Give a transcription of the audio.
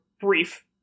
brief